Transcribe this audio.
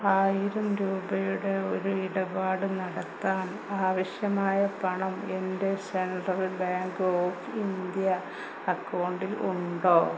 ആയിരം രൂപയുടെ ഒരു ഇടപാട് നടത്താൻ ആവശ്യമായ പണം എൻ്റെ സെൻട്രൽ ബാങ്ക് ഓഫ് ഇന്ത്യ അക്കൗണ്ടിൽ ഉണ്ടോ